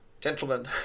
gentlemen